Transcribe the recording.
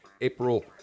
April